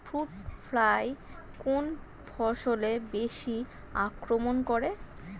Fruit fly কোন ফসলে বেশি আক্রমন করে?